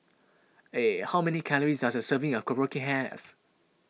how many calories does a serving of Korokke have